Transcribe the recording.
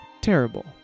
terrible